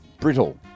brittle